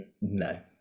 No